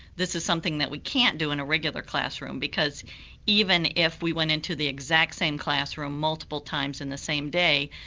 this is something that we can't do in a regular classroom because even if we went in to the exact same classroom multiple times in the same day,